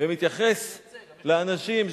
ומתייחסת לאנשים,